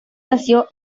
nació